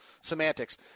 semantics